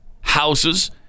houses